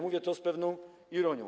Mówię to z pewną ironią.